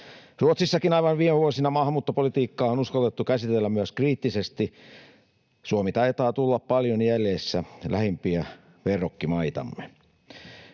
Ruotsissakin aivan viime vuosina maahanmuuttopolitiikkaa on uskallettu käsitellä myös kriittisesti. Suomi taitaa tulla paljon jäljessä lähimpiä verrokkimaitamme.